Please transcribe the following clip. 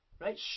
right